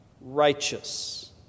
righteous